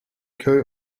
köy